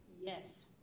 Yes